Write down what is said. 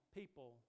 people